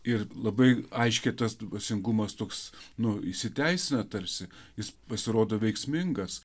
ir labai aiškiai tas dvasingumas toks nu įsiteisina tarsi jis pasirodo veiksmingas